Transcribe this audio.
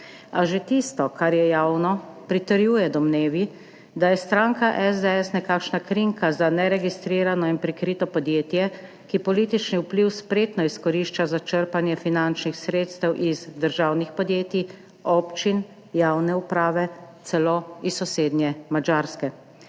A že tisto, kar je javno, pritrjuje domnevi, da je stranka SDS nekakšna krinka za neregistrirano in prikrito podjetje, ki politični vpliv spretno izkorišča za črpanje finančnih sredstev iz državnih podjetij, občin, javne uprave, celo iz sosednje Madžarske,